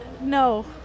No